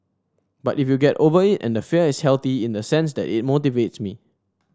but you get over it and the fear is healthy in the sense that it motivates me